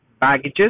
baggages